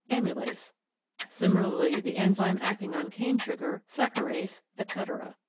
amylase similarly the enzyme acting on cane sugar saccharase, etc.